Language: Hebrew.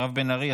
מירב בן ארי,